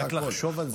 רק לחשוב על זה.